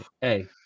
hey